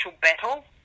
battle